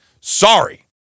sorry